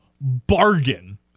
bargain